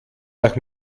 nach